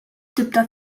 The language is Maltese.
tibda